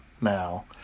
now